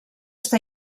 està